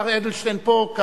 השר אדלשטיין פה,